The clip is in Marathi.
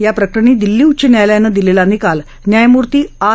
याप्रकरणी दिल्ली उच्च न्यायालयानं दिलघी निकाल न्यायमूर्ती आर